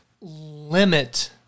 limit